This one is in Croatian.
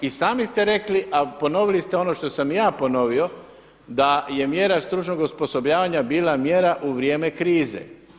I sami ste rekli, a ponovili ste ono što sam i ja ponovio, da je mjera stručnog osposobljavanja bila mjera u vrijeme krize.